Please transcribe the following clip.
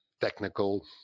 technical